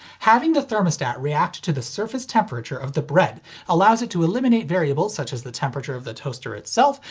having the thermostat react to the surface temperature of the bread allows it to eliminate variables such as the temperature of the toaster itself,